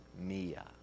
Mia